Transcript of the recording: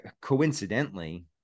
Coincidentally